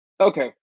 Okay